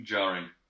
Jarring